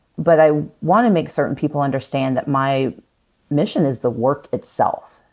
but i want to make certain people understand that my mission is the work itself,